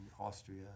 Austria